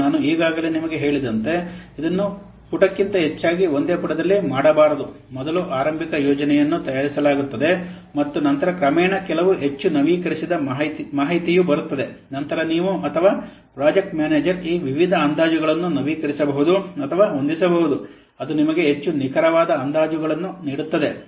ಮತ್ತು ನಾನು ಈಗಾಗಲೇ ನಿಮಗೆ ಹೇಳಿದಂತೆ ಇದನ್ನು ಪುಟಕ್ಕಿಂತ ಹೆಚ್ಚಾಗಿ ಒಂದೇ ಪುಟದಲ್ಲಿ ಮಾಡಬಾರದು ಮೊದಲು ಆರಂಭಿಕ ಯೋಜನೆಯನ್ನು ತಯಾರಿಸಲಾಗುತ್ತದೆ ಮತ್ತು ನಂತರ ಕ್ರಮೇಣ ಕೆಲವು ಹೆಚ್ಚು ನವೀಕರಿಸಿದ ಮಾಹಿತಿಯು ಬರುತ್ತದೆ ನಂತರ ನೀವು ಅಥವಾ ಪ್ರಾಜೆಕ್ಟ್ ಮ್ಯಾನೇಜರ್ ಈ ವಿವಿಧ ಅಂದಾಜುಗಳನ್ನು ನವೀಕರಿಸಬಹುದು ಅಥವಾ ಹೊಂದಿಸಬಹುದು ಅದು ನಿಮಗೆ ಹೆಚ್ಚು ನಿಖರವಾದ ಅಂದಾಜುಗಳನ್ನು ನೀಡುತ್ತದೆ